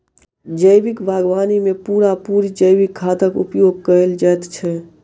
जैविक बागवानी मे पूरा पूरी जैविक खादक उपयोग कएल जाइत छै